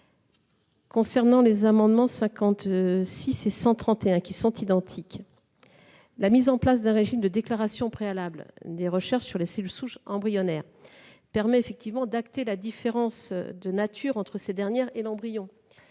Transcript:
Concernant les amendements identiques n 56 rectifié et 131 rectifié , la mise en place d'un régime de déclaration préalable des recherches sur les cellules souches embryonnaires permet effectivement d'acter la différence de nature entre ces dernières et l'embryon.